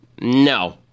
No